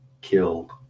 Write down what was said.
killed